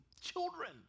children